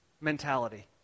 mentality